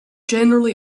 generally